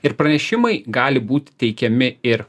ir pranešimai gali būti teikiami ir